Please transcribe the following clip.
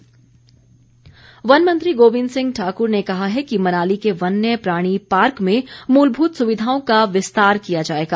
गोविंद वनमंत्री गोविंद सिंह ठाकुर ने कहा है कि मनाली के वन्य प्राणी पार्क में मूलभूत सुविधाओं का विस्तार किया जाएगा